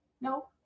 No